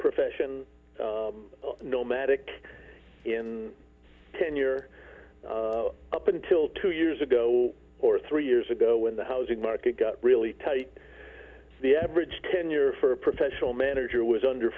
profession nomadic in ten year up until two years ago or three years ago when the housing market got really tight the average tenure for a professional manager was under